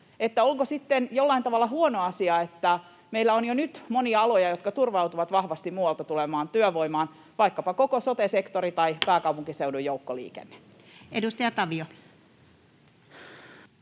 onko sitten jollain tavalla huono asia, että meillä on jo nyt monia aloja, jotka turvautuvat vahvasti muualta tulevaan työvoimaan, vaikkapa koko sote-sektori tai pääkaupunkiseudun joukkoliikenne? [Speech 135]